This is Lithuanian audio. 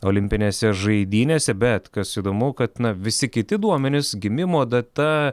olimpinėse žaidynėse bet kas įdomu kad na visi kiti duomenys gimimo data